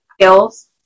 skills